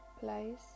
place